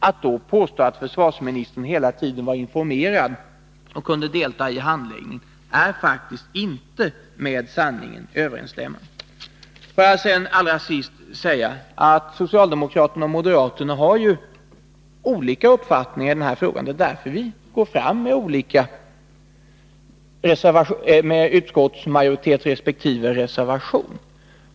Att då påstå att försvarsministern hela tiden varit informerad och kunnat delta i handläggningen är faktiskt inte med sanningen överensstämmande. Får jag sedan allra sist säga att socialdemokraterna och moderaterna har delvis olika uppfattningar i denna fråga. Därför går vi fram på olika sätt. Socialdemokraterna ansluter sig till utskottsmajoriteten, medan vi har en reservation.